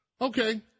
Okay